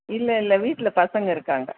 இல்லை இல்லை வீட்டில் பசங்க இருக்காங்க